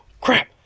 Crap